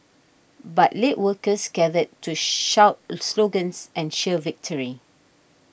but later workers gathered to shout slogans and cheer victory